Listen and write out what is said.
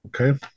Okay